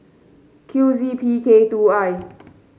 Q Z P K two I